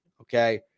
okay